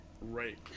Right